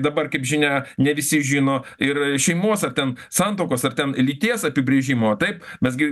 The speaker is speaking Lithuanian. dabar kaip žinia ne visi žino ir šeimos ar ten santuokos ar ten lyties apibrėžimo taip mes gi